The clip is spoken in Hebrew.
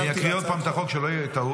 אני אקריא עוד פעם את החוק, שלא תהיה טעות.